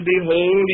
behold